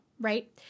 right